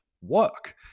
work